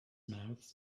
mouths